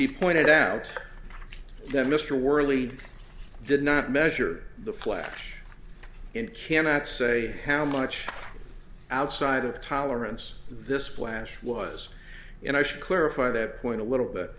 he pointed out that mr worley did not measure the fletch and cannot say how much outside of tolerance this splash was and i should clarify that point a little b